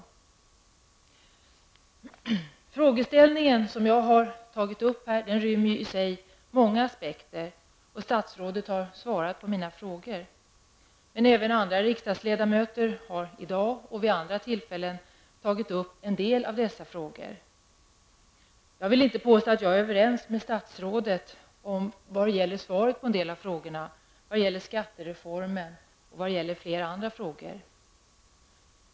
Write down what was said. Den frågeställning som jag har tagit upp här kan ses ur många olika aspekter, och statsrådet har svarat på mina frågor. Även andra riksdagsledamöter har både i dag och vid andra tillfällen tagit upp en del av dessa frågor. Jag vill inte påstå att jag är överens med statsrådet när det gäller svaren på en del av frågorna, bl.a. det som rör skattereformen.